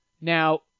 Now